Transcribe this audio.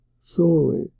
solely